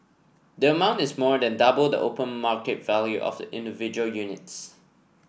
the amount is more than double the open market value of the individual units